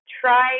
try